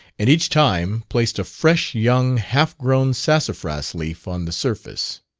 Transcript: and each time placed a fresh young half-grown sassafras leaf on the surface.